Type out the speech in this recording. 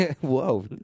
Whoa